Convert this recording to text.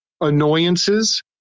annoyances